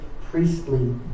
priestly